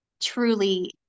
truly